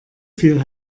viel